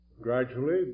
gradually